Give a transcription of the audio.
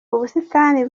ubusitani